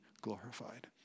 glorified